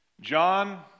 John